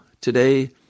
today